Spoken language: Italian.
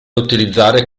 utilizzare